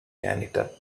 janitor